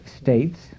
states